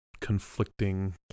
conflicting